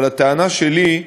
אבל הטענה שלי,